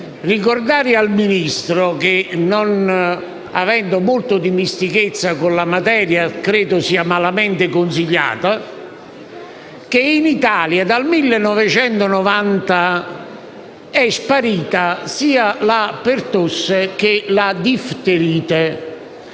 ricordare al Ministro, che non avendo molto dimestichezza con la materia, credo sia malamente consigliata, che in Italia dal 1990 sono sparite sia la pertosse, che la difterite.